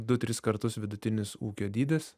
du tris kartus vidutinis ūkio dydis